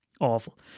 awful